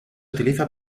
utiliza